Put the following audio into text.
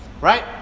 right